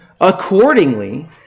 Accordingly